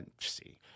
see